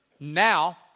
now